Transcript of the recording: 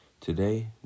Today